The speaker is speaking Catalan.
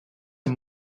amb